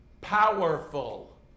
powerful